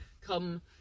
come